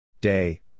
Day